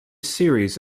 series